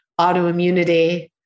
autoimmunity